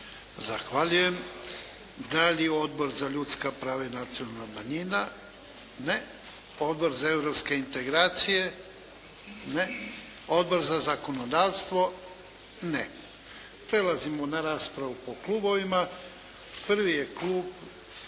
Zahvaljujem. Da li Odbor za ljudska prava i nacionalna manjina? Ne. Odbor za europske integracije? Ne. Odbor za zakonodavstvo? Ne. Prelazimo na raspravu po klubovima. Prvi je klub